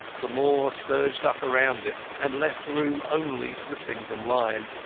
the moor surged up around it and left room only for the single line,